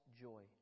Joy